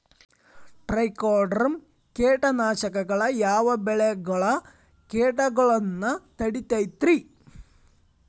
Trichoderma ಕೇಟನಾಶಕ ಯಾವ ಬೆಳಿಗೊಳ ಕೇಟಗೊಳ್ನ ತಡಿತೇತಿರಿ?